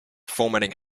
formatting